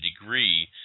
degree